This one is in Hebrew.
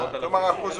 אתה לא יודע.